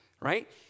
right